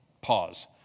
Pause